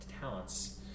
talents